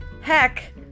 heck